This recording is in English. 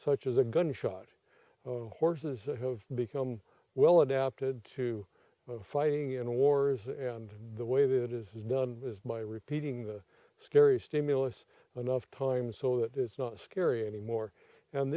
such as a gunshot horses have become well adapted to fighting in wars and the way that it is done is by repeating the scary stimulus enough time so that it's not scary anymore and